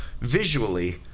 visually